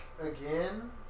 again